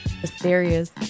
Mysterious